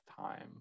time